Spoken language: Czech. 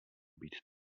být